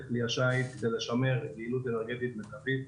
כלי השיט כדי לשמר יעילות אנרגטית מיטבית,